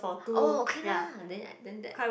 oh okay lah then I then that